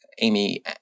Amy